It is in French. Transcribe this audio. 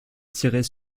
tirer